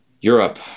europe